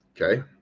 Okay